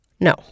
No